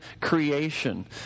creation